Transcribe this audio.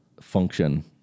function